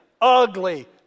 ugly